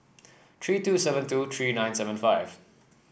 three two seven two three nine seven five